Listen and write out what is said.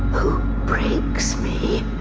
breaks me.